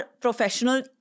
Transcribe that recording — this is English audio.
professional